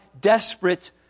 desperate